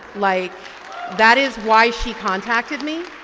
like that is why she contacted me,